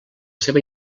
seva